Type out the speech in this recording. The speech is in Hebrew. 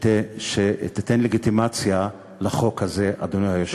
שתיתן לגיטימציה לחוק הזה, אדוני היושב-ראש.